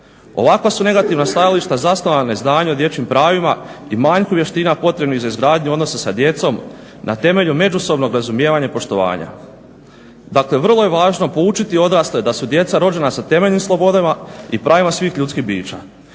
Ovakva su negativna stajališta zasnovana na izdanju o dječjim pravima i manjku vještina potrebnih za izgradnju odnosa sa djecom na temelju međusobnog razumijevanja i poštovanja. Dakle, vrlo je važno poučiti odrasle da su djeca rođena sa temeljnim slobodama i pravima svih ljudskih bića.